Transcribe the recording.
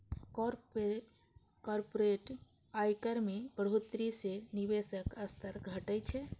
corporate आयकर मे बढ़ोतरी सं निवेशक स्तर घटै छै